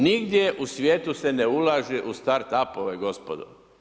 Nigdje u svijetu se ne ulaže u Start apove, gospodo.